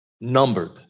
numbered